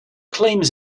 claims